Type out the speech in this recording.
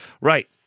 Right